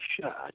shot